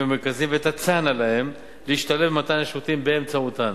במרכזים ותצענה להם להשתלב במתן השירותים באמצעותן.